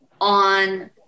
on